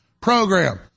program